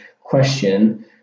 question